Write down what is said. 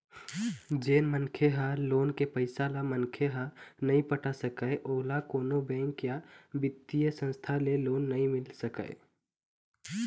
जेन मनखे ह लोन के पइसा ल मनखे ह नइ पटा सकय ओला कोनो बेंक या बित्तीय संस्था ले लोन नइ मिल सकय